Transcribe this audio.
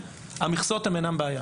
המכסה לא מהווה בעיה